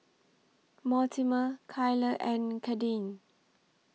Mortimer Kyler and Kadyn